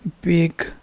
big